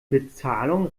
bezahlung